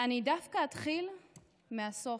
אני דווקא אתחיל מהסוף.